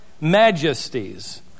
majesties